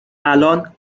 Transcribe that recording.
الان